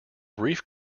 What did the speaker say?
brief